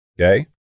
okay